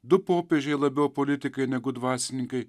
du popiežiai labiau politikai negu dvasininkai